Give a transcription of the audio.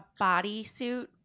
bodysuit